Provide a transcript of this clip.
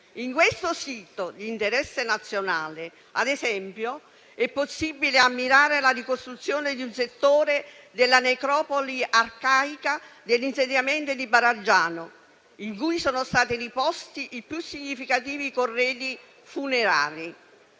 In questo sito d'interesse nazionale, ad esempio, è possibile ammirare la ricostruzione di un settore della necropoli arcaica dell'insediamento di Baragiano, in cui sono stati riposti i più significativi corredi funerari,